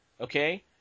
Okay